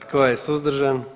Tko je suzdržan?